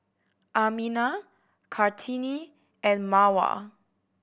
Aminah Kartini and Mawar